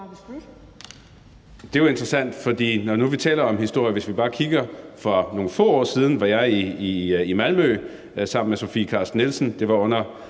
Det er jo interessant, for når vi nu taler om historie, kan vi bare kigge nogle få år tilbage. Der var jeg i Malmø sammen med fru Sofie Carsten Nielsen.